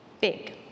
big